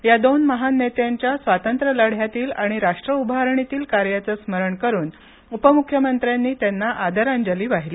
या दोन महान नेत्यांच्या स्वातंत्र्यलढ्यातील आणि राष्ट्रउभारणीतील कार्याचं स्मरण करून उपम्ख्यमंत्र्यांनी त्यांना आदरांजली वाहिली